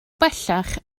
bellach